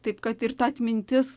taip kad ir ta atmintis